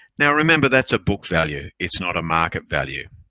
now remember, that's a book value, it's not a market value.